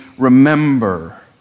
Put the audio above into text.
Remember